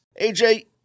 AJ